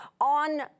on